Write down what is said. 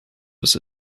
was